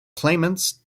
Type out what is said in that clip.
claimants